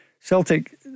Celtic